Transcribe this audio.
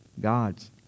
God's